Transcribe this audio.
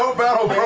ah battle